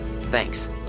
Thanks